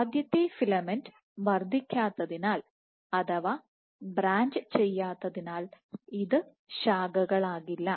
ആദ്യത്തെ ഫിലമെന്റ് തന്നെ വർദ്ധിക്കാത്തതിനാൽ അഥവാ ബ്രാഞ്ച് ചെയ്യാത്തതിനാൽ ഇത് ശാഖകളാകില്ല